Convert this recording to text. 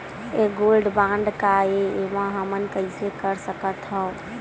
ये gold bond काय ए एमा हमन कइसे कर सकत हव?